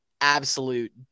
absolute